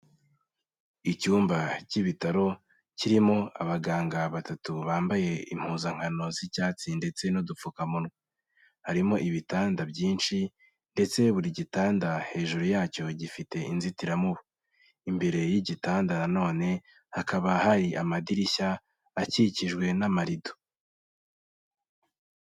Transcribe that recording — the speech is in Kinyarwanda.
Icyumba cy'ibitaro kirimo abaganga batatu bambaye impuzankano z'icyatsi ndetse n'udupfukamuwa. Harimo ibitanda byinshi, ndetse buri gitanda hejuru yacyo gifite inzitiramubu. Imbere y'igitanda na none hakaba hari amadirishya akikijwe n'amarido.